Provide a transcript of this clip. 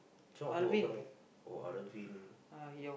this one who organise oh Arvin